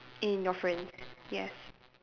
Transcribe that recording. in your friends yes